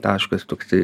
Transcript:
taškas toksai